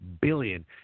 billion